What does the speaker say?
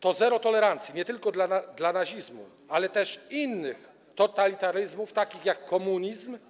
To zero tolerancji nie tylko dla nazizmu, ale też innych totalitaryzmów, takich jak komunizm.